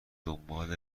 دنبال